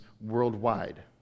worldwide